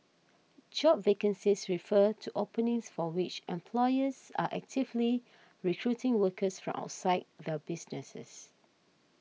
job vacancies refer to openings for which employers are actively recruiting workers from outside their businesses